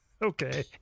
Okay